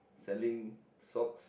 selling socks